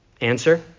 Answer